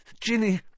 Ginny